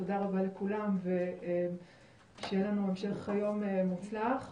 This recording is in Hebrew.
תודה רבה לכולם ושיהיה לנו המשך יום מוצלח,